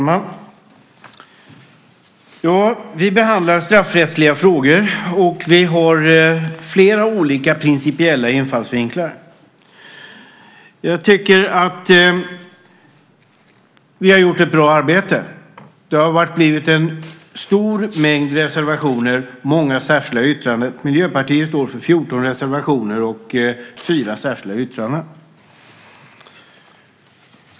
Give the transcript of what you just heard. Herr talman! Vi behandlar straffrättsliga frågor. Vi har flera olika principiella infallsvinklar. Jag tycker att vi har gjort ett bra arbete. Det har blivit en stor mängd reservationer och många särskilda yttranden. Miljöpartiet står för 14 reservationer och fyra särskilda yttranden.